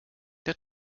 der